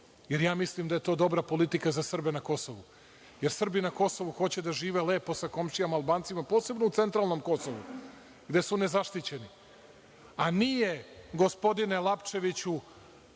borim. Mislim da je to dobra politika za Srbe na Kosovu, jer Srbi na Kosovu hoće da žive lepo sa komšijama Albancima, posebno u centralnom Kosovu gde su nezaštićeni. Nije gospodine Lapčeviću,